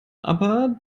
aber